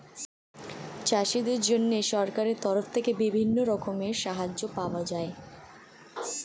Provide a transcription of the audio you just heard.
চাষীদের জন্য সরকারের তরফ থেকে বিভিন্ন রকমের সাহায্য পাওয়া যায়